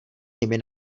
nimi